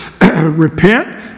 repent